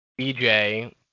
BJ